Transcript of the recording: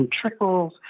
trickles